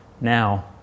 now